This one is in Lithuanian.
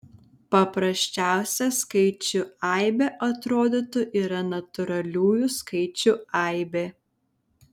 paprasčiausia skaičių aibė atrodytų yra natūraliųjų skaičių aibė